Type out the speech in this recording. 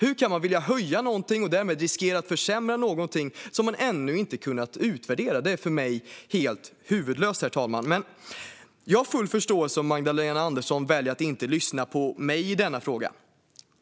Att man kan vilja höja en skatt, och därmed riskera en försämring av något som man ännu inte utvärderat, är för mig helt huvudlöst. Jag har full förståelse för om Magdalena Andersson väljer att inte lyssna på mig i denna fråga.